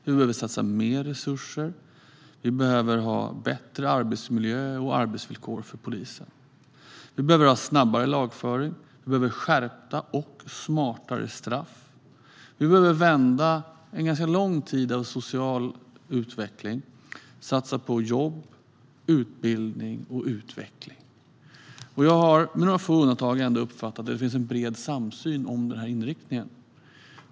Vi behöver satsa mer resurser. Vi behöver bättre arbetsmiljö och arbetsvillkor för poliser. Vi behöver ha snabbare lagföring. Vi behöver skärpta och smartare straff. Vi behöver vända en ganska lång tid av social utveckling och satsa på jobb, utbildning och utveckling. Jag har uppfattat att det med några få undantag finns en bred samsyn om den inriktningen.